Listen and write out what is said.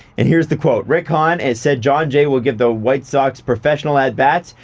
and here's the quote, rick hahn has said john jay will, give the white sox professional at-bats,